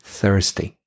thirsty